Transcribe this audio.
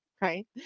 right